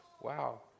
Wow